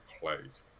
plays